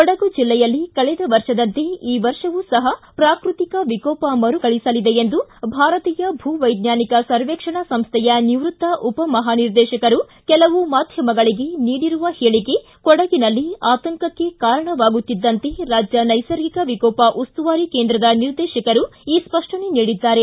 ಕೊಡಗು ಜಿಲ್ಲೆಯಲ್ಲಿ ಕಳೆದ ವರ್ಷದಂತೆ ಈ ವರ್ಷವೂ ಸಹ ಪ್ರಾಕೃತಿಕ ವಿಕೋಪ ಮರುಕಳಿಸಲಿದೆ ಎಂದು ಭಾರತೀಯ ಭೂವೈಜ್ಞಾನಿಕ ಸರ್ವೇಕ್ಷಣಾ ಸಂಸ್ಥೆಯ ನಿವೃತ್ತ ಉಪಮಹಾನಿರ್ದೇಶಕರು ಕೆಲವು ಮಾಧ್ಯಮಗಳಿಗೆ ನೀಡಿರುವ ಹೇಳಿಕೆ ಕೊಡಗಿನಲ್ಲಿ ಆತಂಕಕ್ಕೆ ಕಾರಣವಾಗುತ್ತಿದ್ದಂತೆ ರಾಜ್ಯ ನೈಸರ್ಗಿಕ ವಿಕೋಪ ಉಸ್ತುವಾರಿ ಕೇಂದ್ರದ ನಿರ್ದೇಶಕರು ಈ ಸ್ಪಷನೆ ನೀಡಿದ್ದಾರೆ